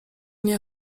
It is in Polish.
nie